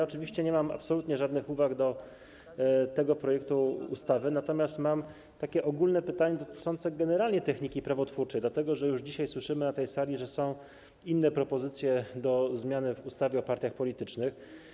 Oczywiście nie mam absolutnie żadnych uwag do tego projektu ustawy, natomiast mam takie ogólne pytanie dotyczące techniki prawotwórczej, dlatego że już dzisiaj słyszymy na tej sali, że są inne propozycje dotyczące zmian w ustawie o partiach politycznych.